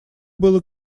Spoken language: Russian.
было